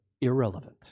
irrelevant